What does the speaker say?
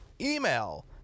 email